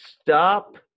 stop